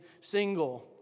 single